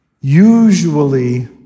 usually